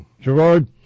Gerard